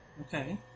Okay